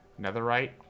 netherite